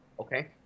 Okay